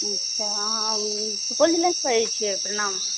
अच्छा हम सुपौल जिलासे बाजै छियै प्रणाम